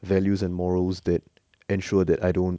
values and morals that ensure that I don't